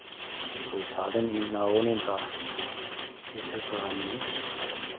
कोई साधन नि इन्ना ओह् नी होंदा एह्दे कारण बी